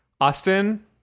Austin